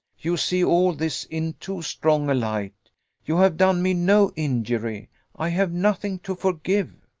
you see all this in too strong a light you have done me no injury i have nothing to forgive.